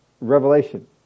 revelation